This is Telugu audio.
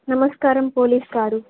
నమస్కారం పోలీస్ గారు